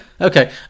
Okay